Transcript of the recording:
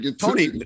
Tony